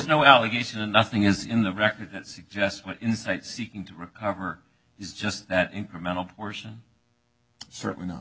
no allegation and nothing is in the record that suggests my insight seeking to recover is just that incremental portion certainly not